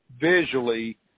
visually